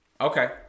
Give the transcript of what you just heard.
okay